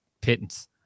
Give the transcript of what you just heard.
pittance